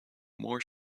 more